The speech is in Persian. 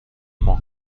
ماه